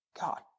God